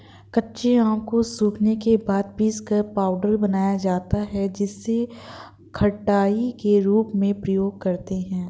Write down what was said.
कच्चे आम को सुखाने के बाद पीसकर पाउडर बनाया जाता है जिसे खटाई के रूप में प्रयोग करते है